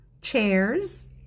Chairs